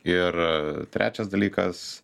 ir trečias dalykas